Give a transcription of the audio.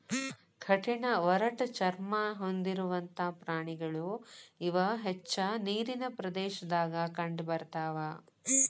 ಕಠಿಣ ಒರಟ ಚರ್ಮಾ ಹೊಂದಿರುವಂತಾ ಪ್ರಾಣಿಗಳು ಇವ ಹೆಚ್ಚ ನೇರಿನ ಪ್ರದೇಶದಾಗ ಕಂಡಬರತಾವ